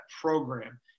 program